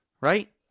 right